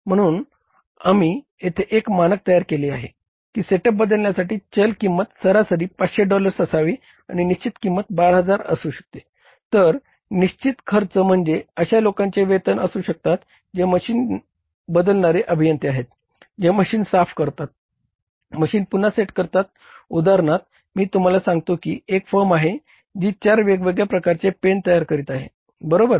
म्हणून आम्ही येथे एक मानक तयार केले आहे की सेटअप बदलण्यासाठी चल किंमत सरासरी 500 डॉलर्स असावी आणि निश्चित किंमत 12000 असू शकते तर निश्चित खर्च म्हणजे अशा लोकांचे वेतन असू शकतात जे मशीन बदलणारे अभियंते आहेत जे मशीन साफ करतात मशीन पुन्हा सेट करतात उदाहरणार्थ मी तुम्हाला सांगतो की एक फर्म आहे जी चार वेगवेगळ्या प्रकारच्या पेन तयार करीत आहे बरोबर